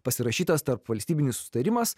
pasirašytas tarpvalstybinis susitarimas